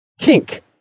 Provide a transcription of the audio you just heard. Kink